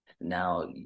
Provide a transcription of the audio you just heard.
now